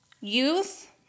youth